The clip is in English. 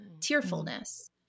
tearfulness